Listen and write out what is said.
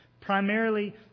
primarily